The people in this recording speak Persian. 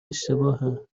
اشتباهه